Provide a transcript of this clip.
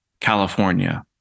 california